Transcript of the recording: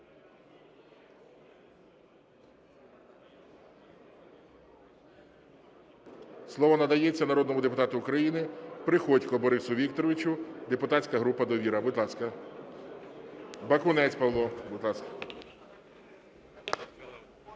Слово надається народному депутату України Приходьку Борису Вікторовичу, депутатська група "Довіра". Будь ласка. Бакунець Павло. Будь ласка.